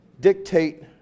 dictate